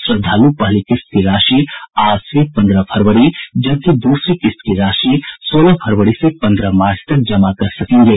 श्रद्धालु पहली किस्त की राशि आज से पन्द्रह फरवरी जबकि दूसरी किस्त की राशि सोलह फरवरी से पन्द्रह मार्च तक जमा कर सकेंगे